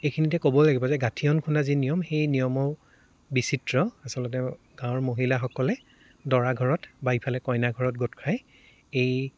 এইখিনিতে ক'ব লাগিব যে গাঠিয়ন খুন্দা যি নিয়ম সেই নিয়মো বিচিত্ৰ আচলতে গাঁৱৰ মহিলাসকলে দৰা ঘৰত বা ইফালে কইনা ঘৰত গোট খাই এই